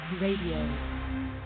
Radio